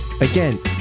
Again